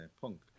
Punk